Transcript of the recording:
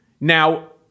now